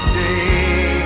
day